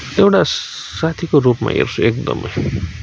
एउटा साथीको रूपमा हेर्छु एकदमै